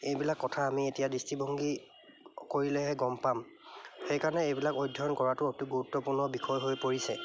এইবিলাক কথা আমি এতিয়া দৃষ্টিভংগী কৰিলেহে গম পাম সেইকাৰণে এইবিলাক অধ্যয়ন কৰাটো অতি গুৰুত্বপূৰ্ণ বিষয় হৈ পৰিছে